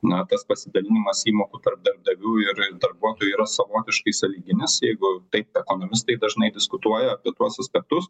na tas pasidalinimas įmokų tarp darbdavių ir ir darbuotojų yra savotiškai sąlyginis jeigu taip ekonomistai dažnai diskutuoja apie tuos aspektus